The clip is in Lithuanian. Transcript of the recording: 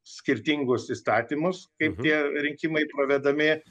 skirtingus įstatymus kaip tie rinkimai pravedami